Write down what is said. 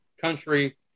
country